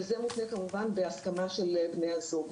זה מותנה כמובן בהסכמה של בני הזוג.